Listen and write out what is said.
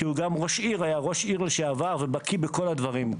כי הוא היה ראש עיר והוא בקי בכל הדברים.